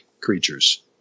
creatures